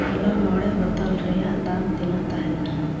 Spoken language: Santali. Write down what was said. ᱦᱚᱞᱟ ᱢᱚᱬᱮ ᱵᱳᱛᱳᱞ ᱨᱮᱭᱟᱜ ᱫᱟᱢ ᱛᱤᱱᱟᱹᱜ ᱛᱟᱦᱮᱸ ᱠᱟᱱᱟ